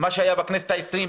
מה שהיה בכנסת ה-20,